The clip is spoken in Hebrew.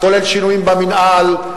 כולל שינויים במינהל,